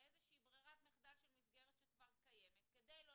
לאיזושהי ברירת מחדל של מסגרת שכבר קיימת כדי לא